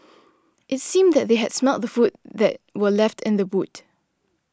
it seemed that they had smelt the food that were left in the boot